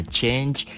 change